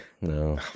no